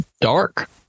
Dark